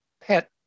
PET